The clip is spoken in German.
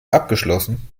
abgeschlossen